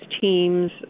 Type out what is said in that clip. teams